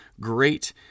great